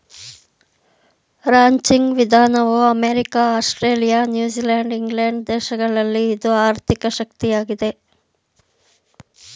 ranching ವಿಧಾನವು America, Australia, New Zealand England ದೇಶಗಳಲ್ಲಿ ಇದು ಆರ್ಥಿಕ ಶಕ್ತಿಯಾಗಿದೆ